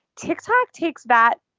tiktok takes that,